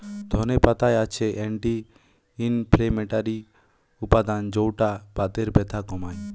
ধনে পাতায় আছে অ্যান্টি ইনফ্লেমেটরি উপাদান যৌটা বাতের ব্যথা কমায়